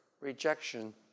rejection